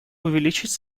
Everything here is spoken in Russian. увеличить